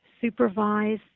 supervise